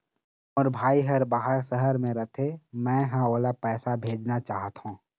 मोर भाई हर बाहर शहर में रथे, मै ह ओला पैसा भेजना चाहथों